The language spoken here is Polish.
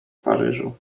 paryżu